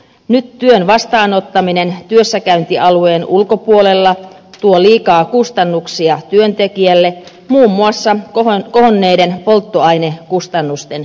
nyt työn vastaanottaminen työssäkäyntialueen ulkopuolella tuo liikaa kustannuksia työntekijälle muun muassa kohonneiden polttoainekustannusten johdosta